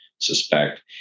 suspect